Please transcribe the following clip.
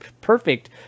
perfect